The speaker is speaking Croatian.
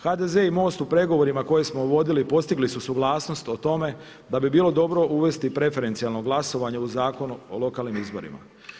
HDZ i MOST u pregovorima koje smo vodili postigli su suglasnost o tome da bi bilo dobro uvesti preferencijalno glasovanje u Zakon o lokalnim izborima.